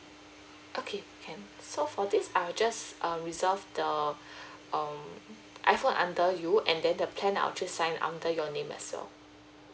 okay can so for this I'll just um reserve the um iphone under you and then the plan I'll just sign under your name as well